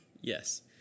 yes